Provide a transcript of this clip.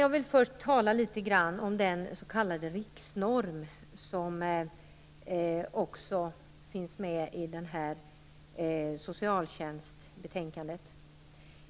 Jag vill först tala litet grand om den s.k. riksnormen, som också tas upp i detta socialtjänstbetänkande.